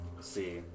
See